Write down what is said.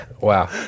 wow